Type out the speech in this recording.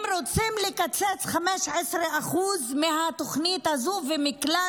הם רוצים לקצץ 15% מהתוכנית הזאת ומכלל